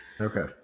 Okay